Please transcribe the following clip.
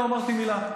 לא אמרתי מילה,